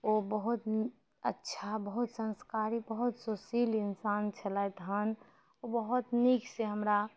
ओ बहुत अच्छा बहुत संस्कारी बहुत सुशील इन्सान छलथि हन ओ बहुत नीक से हमरा